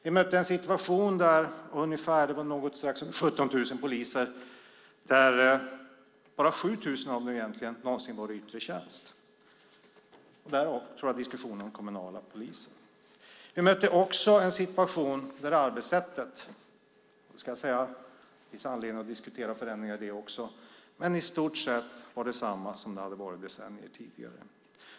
Vi mötte en situation där bara egentligen bara 7 000 av strax under 17 000 poliser någonsin var i yttre tjänst. Därav, tror jag, fick vi diskussionen om kommunala poliser. Vi mötte också en situation där arbetssättet - det finns anledningar att diskutera förändringar i det också - i stort sett var detsamma som det hade varit decennier tidigare.